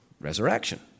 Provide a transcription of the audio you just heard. resurrection